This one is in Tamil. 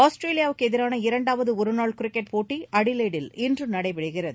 ஆஸ்திரேலியாவுக்கு எதிரான இரண்டாவது ஒருநாள் கிரிக்கெட் போட்டி அடிலெய்டில் இன்று நடைபெறுகிறது